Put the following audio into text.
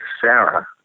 Sarah